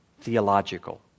theological